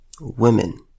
women